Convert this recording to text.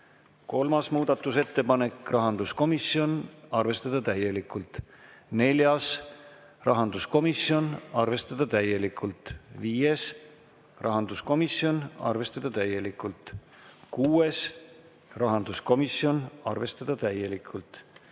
Kolmas muudatusettepanek: rahanduskomisjon, arvestada täielikult. Neljas: rahanduskomisjon, arvestada täielikult. Viies: rahanduskomisjon, arvestada täielikult. Kuues: rahanduskomisjon, arvestada täielikult.